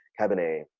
Cabernet